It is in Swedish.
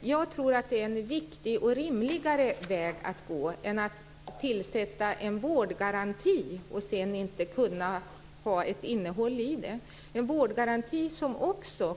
Jag tror att det är en riktigare och rimligare väg att gå än att tillsätta en vårdgaranti och sedan inte kunna ha ett innehåll i den. En vårdgaranti kan också